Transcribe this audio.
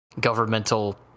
governmental